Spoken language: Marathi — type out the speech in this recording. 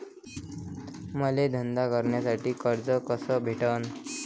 मले धंदा करासाठी कर्ज कस भेटन?